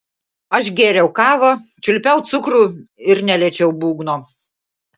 aš gėriau kavą čiulpiau cukrų ir neliečiau būgno